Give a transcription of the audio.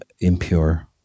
impure